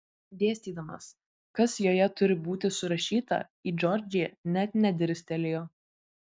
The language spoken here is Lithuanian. dėstydamas kas joje turi būti surašyta į džordžiją net nedirstelėjo